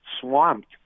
swamped